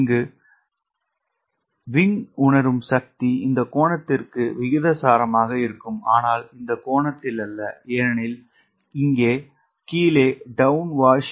இங்கு சிறகு உணரும் சக்தி இந்த கோணத்திற்கு விகிதாசாரமாக இருக்கும் ஆனால் இந்த கோணத்தில் அல்ல ஏனெனில் இங்கே கீழே டவுன் வாஷ்